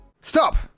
Stop